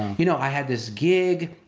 you know i had this gig.